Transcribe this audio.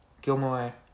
Gilmore